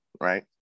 right